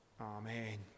amen